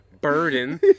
burden